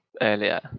earlier